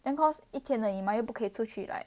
then cause 一天而已嘛又不可以出去 like